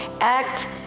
act